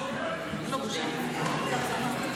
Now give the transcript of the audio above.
סליחה.